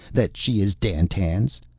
that she is dandtan's.